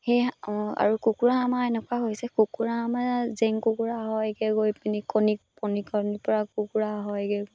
সেয়েহে আৰু কুকুৰা আমাৰ এনেকুৱা হৈছে কুকুৰা আমাৰ জেং কুকুৰা হয়গৈ গৈ পিনি কণী কণী কণী পৰা কুকুৰা হয়